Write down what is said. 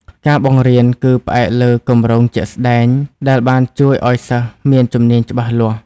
ការបង្រៀនគឺផ្អែកលើ គម្រោងជាក់ស្តែង ដែលបានជួយឱ្យសិស្សមានជំនាញច្បាស់លាស់។